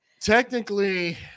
technically